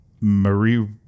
Marie